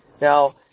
Now